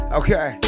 okay